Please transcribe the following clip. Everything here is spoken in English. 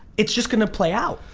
it's just gonna play out.